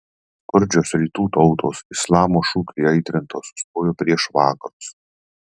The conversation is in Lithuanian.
skurdžios rytų tautos islamo šūkių įaitrintos stojo prieš vakarus